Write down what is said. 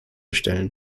stellen